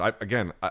Again